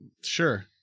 Sure